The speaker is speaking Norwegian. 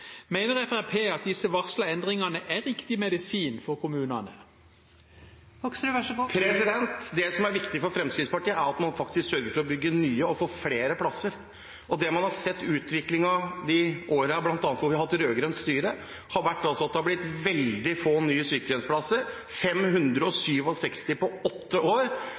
Mener Fremskrittspartiet at disse varslede endringene er riktig medisin for kommunene? Det som er viktig for Fremskrittspartiet, er at man faktisk sørger for å bygge nye og få flere plasser. Den utviklingen man har sett i de årene man har hatt rød-grønt styre, har vært at det har blitt veldig få nye sykehjemsplasser: 567 på åtte år.